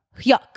Yuck